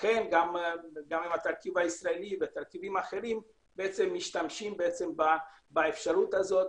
לכן גם עם התרכיב הישראלי ותרכיבים אחרים משתמשים באפשרות הזאת,